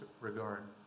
regard